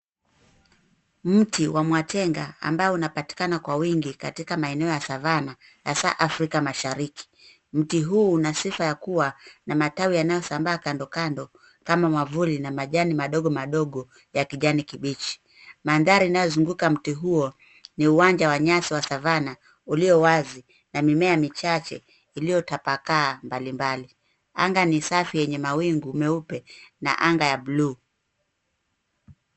Mti wa mwatenga ambao unapatikana kwa wingi katika maeneo ya savanna hasa Afrika Mashariki. Mti huu una sifa ya kuwa na matawi yanayosambaa kandokando kama mwavuli na majani madogomadogo ya kijani kibichi. Mandhari inayozunguka mti huo ni uwanja wa nyasi wa savanna ulio wazi na mimea michache iliyotapakaa mbalimbali. Anga ni safi yenye mawingu meupe na anga ya blue .